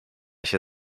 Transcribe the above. się